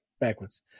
Backwards